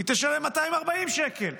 היא תשלם 240 שקל.